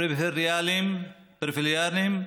פריפריאליים,